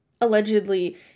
Allegedly